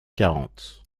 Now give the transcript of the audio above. quarante